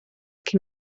cyn